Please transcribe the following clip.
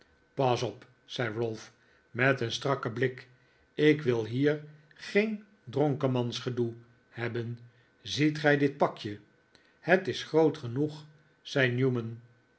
pas op zei ralph met een strakken blik ik wil hier geen dronkemansgedoe hebben ziet gij dit pakje het is groot genoeg zei newman